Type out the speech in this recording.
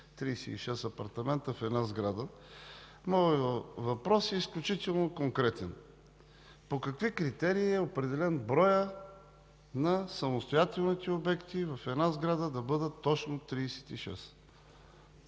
36 апартамента в една сграда. Моят въпрос е изключително конкретен: по какви критерии е определен броят на самостоятелните обекти в една сграда да бъдат точно 36?